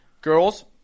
Girls